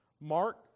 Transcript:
Mark